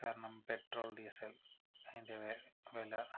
കാരണം petrol diesel അതിൻ്റെ വെ വില